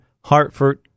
Hartford